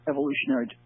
Evolutionary